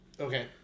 Okay